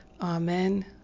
Amen